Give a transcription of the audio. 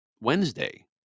Wednesday